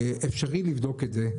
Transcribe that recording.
אפשרי לבדוק את זה.